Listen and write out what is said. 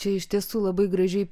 čia iš tiesų labai gražiai